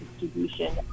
distribution